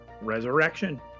Resurrection